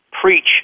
preach